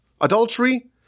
adultery